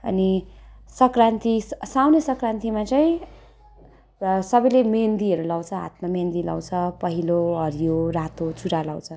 अनि सङ्क्रान्ति स साउने सङ्क्रान्तिमा चाहिँ र सबैले मेहेन्दीहरू लाउँछ हातमा मेहेन्दी लाउँछ पहेलो हरियो रातो चुरा लाउँछ